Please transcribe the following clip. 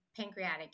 pancreatic